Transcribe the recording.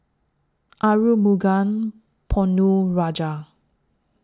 Arumugam Ponnu Rajah